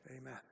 Amen